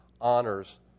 honors